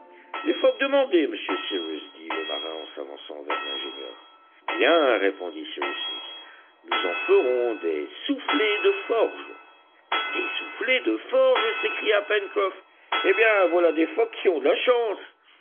les phoques demandés monsieur cyrus dit le marin en s'avançant vers l'ingénieur bien répondit cyrus smith nous en ferons des soufflets de forge des soufflets de forge s'écria pencroff eh bien voilà des phoques qui ont de la chance